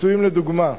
פיצויים לדוגמה,